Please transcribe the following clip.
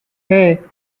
hey